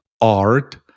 art